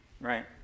right